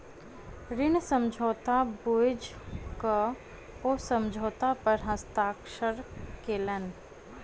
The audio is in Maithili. ऋण समझौता बुइझ क ओ समझौता पर हस्ताक्षर केलैन